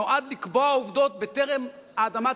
נועד לקבוע עובדות בטרם האדמה תתיישר,